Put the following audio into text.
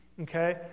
Okay